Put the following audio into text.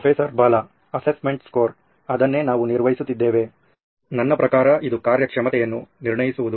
professor Bala assessment score ಅದನ್ನೇ ನಾವು ನಿರ್ವಹಿಸುತ್ತಿದ್ದೇವೆ ನನ್ನ ಪ್ರಕಾರ ಇದು ಕಾರ್ಯಕ್ಷಮತೆಯನ್ನು ನಿರ್ಣಯಿಸುವುದು